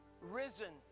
Risen